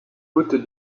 haute